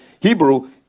Hebrew